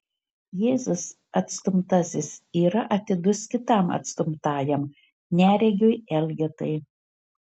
jėzus atstumtasis yra atidus kitam atstumtajam neregiui elgetai